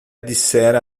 dissera